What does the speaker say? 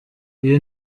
iyo